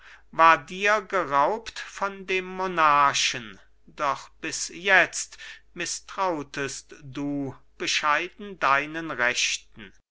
war dir geraubt von dem monarchen doch bis jetzt mißtrautest du bescheiden deinen rechten